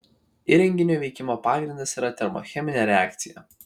įrenginio veikimo pagrindas yra termocheminė reakcija